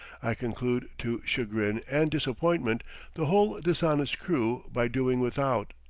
i conclude to chagrin and disappoint the whole dishonest crew by doing without.